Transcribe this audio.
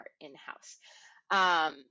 in-house